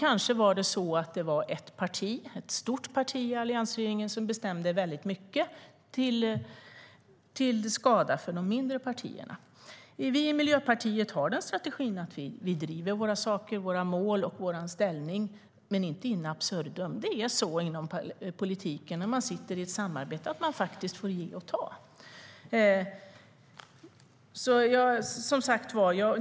Kanske var det ett parti, ett stort parti i alliansregeringen, som bestämde väldigt mycket, till skada för de mindre partierna. Vi i Miljöpartiet har den strategin att vi driver våra saker, våra mål och vår ställning, men inte in absurdum. När man samarbetar inom politiken får man ge och ta.